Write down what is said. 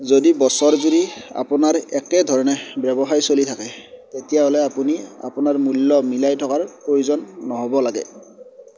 যদি বছৰ জুৰি আপোনাৰ একে ধৰণে ব্যৱসায় চলি থাকে তেতিয়াহ'লে আপুনি আপোনাৰ মূল্য মিলাই থকাৰ প্ৰয়োজন নহ'ব লাগে